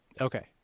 Okay